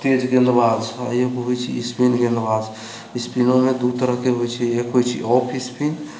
तेज गेंदबाज आ एगो होइत छै स्पिन गेंदबाज स्पीनोमे दू तरहके होइत छै एक होइत छै ऑफ स्पिन